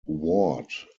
ward